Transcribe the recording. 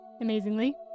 Amazingly